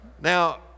Now